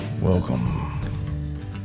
Welcome